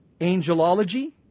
angelology